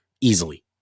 easily